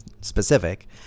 specific